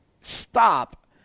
stop